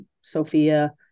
Sophia